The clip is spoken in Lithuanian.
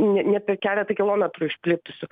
net per keletą kilometrų išplitusių